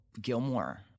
Gilmore